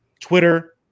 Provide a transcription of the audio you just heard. Twitter